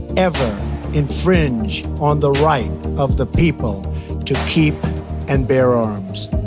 ever infringe on the right of the people to keep and bear arms.